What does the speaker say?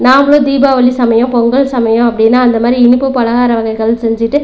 நாங்களும் தீபாவளி சமயம் பொங்கல் சமயம் அப்படினா அந்த மாதிரி இனிப்பு பலகார வகைகள் செஞ்சுட்டு